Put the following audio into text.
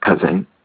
cousin